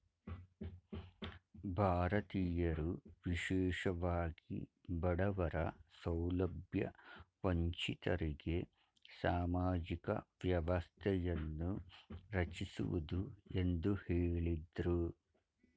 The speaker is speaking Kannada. ಭಾರತೀಯರು ವಿಶೇಷವಾಗಿ ಬಡವರ ಸೌಲಭ್ಯ ವಂಚಿತರಿಗೆ ಸಾಮಾಜಿಕ ವ್ಯವಸ್ಥೆಯನ್ನು ರಚಿಸುವುದು ಎಂದು ಹೇಳಿದ್ರು